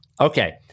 Okay